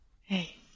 Hey